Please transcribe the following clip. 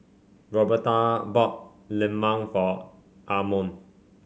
Roberta bought lemang for Armond